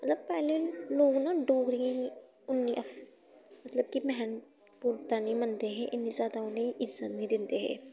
मतलब पैह्ले लोक ना डोगरी गी इन्नी उन्नी ऐस्स मतलब कि म्हत्तवपूर्णता नेईं मनदे हे इन्नी जैदा उ'नें गी इज्जत निं दिंदे हे